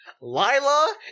Lila